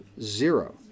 Zero